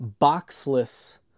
boxless